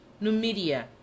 Numidia